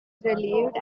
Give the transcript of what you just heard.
relieved